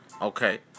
Okay